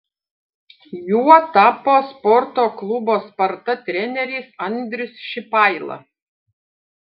juo tapo sporto klubo sparta treneris andrius šipaila